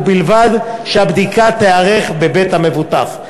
ובלבד שהבדיקה תיערך בבית המבוטח.